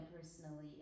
personally